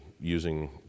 using